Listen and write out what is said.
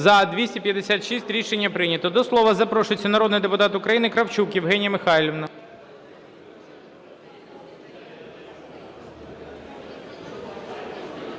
За-256 Рішення прийнято. До слова запрошується народний депутат України Кравчук Євгенія Михайлівна.